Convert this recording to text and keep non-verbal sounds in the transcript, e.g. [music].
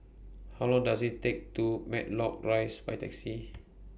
How Long Does IT Take to Matlock Rise By Taxi [noise]